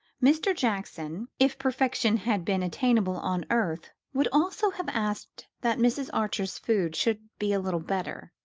mr. jackson, if perfection had been attainable on earth, would also have asked that mrs. archer's food should be a little better.